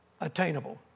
attainable